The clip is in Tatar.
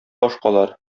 башкалар